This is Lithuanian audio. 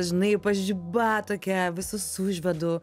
žinai pažiba tokia visus užvedu